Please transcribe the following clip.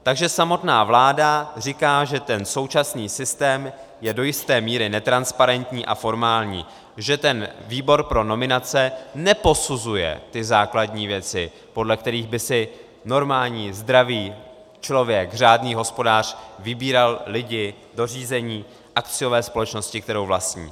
Takže samotná vláda říká, že současný systém je do jisté míry netransparentní a formální, že výbor pro nominace neposuzuje ty základní věci, podle kterých by si normální zdravý člověk, řádný hospodář vybíral lidi do řízení akciové společnosti, kterou vlastní.